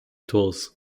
tools